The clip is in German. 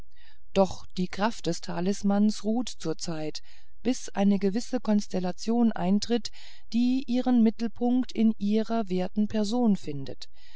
doch die kraft des talismans ruht zurzeit bis eine gewisse konstellation eintritt die ihren mittelpunkt in ihrer werten person findet